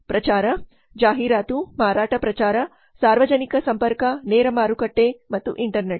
ಪ್ರಚಾರ ಜಾಹೀರಾತು ಮಾರಾಟ ಪ್ರಚಾರ ಸಾರ್ವಜನಿಕ ಸಂಪರ್ಕ ನೇರ ಮಾರುಕಟ್ಟೆ ಮತ್ತು ಇಂಟರ್ನೆಟ್